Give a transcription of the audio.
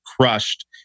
crushed